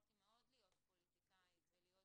יכולתי להיות פוליטיקאית ולומר